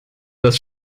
dass